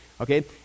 okay